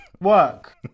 Work